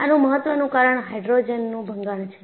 આનું મહત્વનું કારણ હાઇડ્રોજનનું ભંગાણ છે